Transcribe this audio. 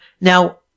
now